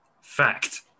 fact